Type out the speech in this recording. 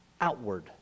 outward